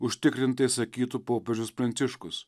užtikrintai sakytų popiežius pranciškus